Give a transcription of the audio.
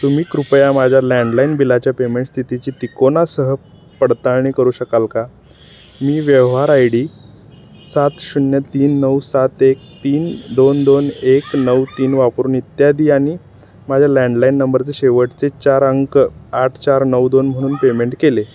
तुम्ही कृपया माझ्या लँडलाईन बिलाच्या पेमेंट स्थितीची तिकोनासह पडताळणी करू शकाल का मी व्यवहार आय डी सात शून्य तीन नऊ सात एक तीन दोन दोन एक नऊ तीन वापरून इत्यादी आणि माझ्या लँडलाईन नंबरचे शेवटचे चार अंक आठ चार नऊ दोन म्हणून पेमेंट केले